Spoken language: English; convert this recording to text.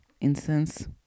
incense